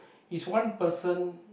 he's one person